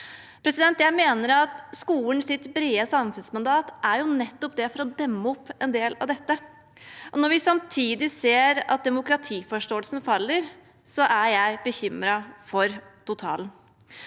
Jeg mener at skolens brede samfunnsmandat nettopp er å demme opp for en del av dette. Når vi samtidig ser at demokratiforståelsen faller, er jeg bekymret for to